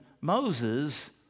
Moses